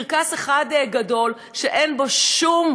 קרקס אחד גדול שאין בו שום,